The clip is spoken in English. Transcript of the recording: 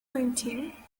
printing